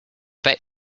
bet